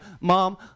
Mom